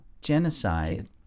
genocide